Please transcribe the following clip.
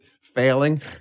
failing